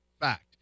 fact